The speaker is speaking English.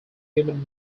human